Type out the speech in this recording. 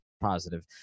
positive